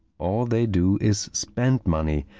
all they do is spend money,